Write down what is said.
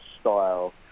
style